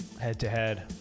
head-to-head